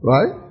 Right